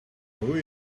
who